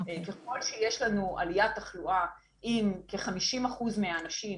ככל שיש לנו עליית תחלואה עם כ-50 אחוז מהאנשים,